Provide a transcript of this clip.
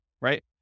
right